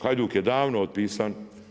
Hajduk je davno otpisan.